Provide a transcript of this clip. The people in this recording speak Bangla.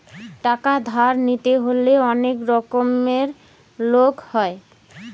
টাকা ধার নিতে হলে অনেক রকমের লোক হয়